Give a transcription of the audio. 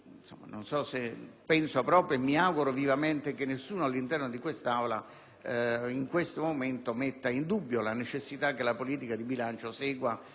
bilancio. Penso proprio - me lo auguro vivamente - che nessuno all'interno di questa Aula in questo momento metta in dubbio la necessità che la politica di bilancio segua